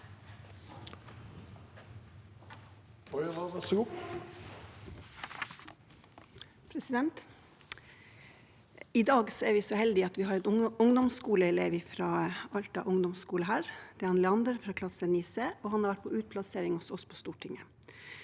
I dag er vi så heldige at vi har en ungdomsskoleelev fra Alta ungdomsskole her. Det er Leander fra klasse 9c, og han har vært på utplassering hos oss på Stortinget.